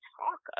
talk